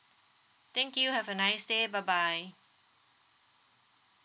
thank you have a nice day bye bye